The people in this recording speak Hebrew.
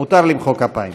מותר למחוא כפיים.